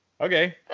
Okay